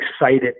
excited